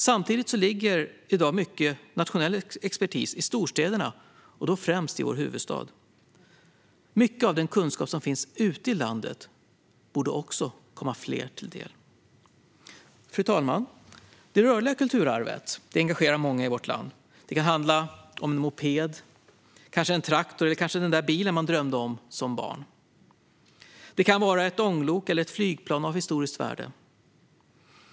Samtidigt ligger i dag mycket nationell expertis i storstäderna och då främst i vår huvudstad. Mycket av den kunskap som finns ute i landet borde komma fler till del. Fru talman! Det rörliga kulturarvet engagerar många i vårt land. Det kan handla om en moped, en traktor eller kanske den där bilen man drömde om som barn. Det kan vara ett ånglok eller ett flygplan av historiskt värde.